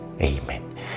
Amen